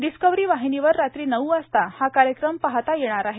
discovery वाहिनीवर रात्री नऊ वाजता हा कार्यक्रम पाहता येणार आहे